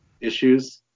issues